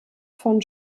von